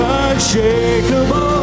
unshakable